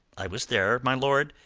i was there, my lord,